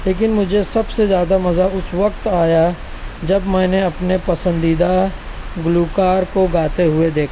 لیکن مجھے سب سے زیادہ مزہ اس وقت آیا جب میں نے اپنے پسندیدہ گلوکار کو گاتے ہوئے دیکھا